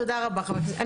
חבר הכנסת רוטמן.